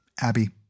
Abby